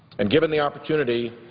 and given the opportunity,